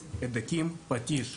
שמוכרים.